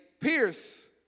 pierce